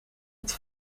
het